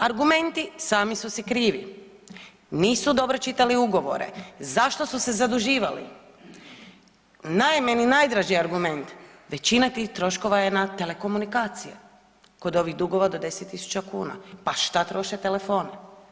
Argumenti sami su si krivi, nisu dobro čitali ugovore, zašto su se zaduživali, naime meni najdraži argument većina tih troškova je na telekomunikacije kod ovih dugova do 10.000 kuna, pa šta troše telefon.